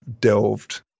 delved